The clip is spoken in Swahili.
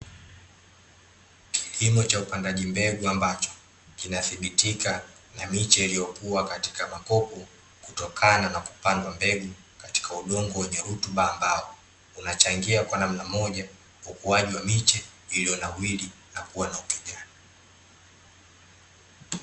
Kilimo cha upandaji mbegu ambacho, kinathibitika na miche iliyokua katika makopo, kutokana na kupandwa mbegu, katika udongo wenye rutuba ambao unachangia kwa namna moja , ukuaji wa miche iliyonawiri na kuwa na ukijani.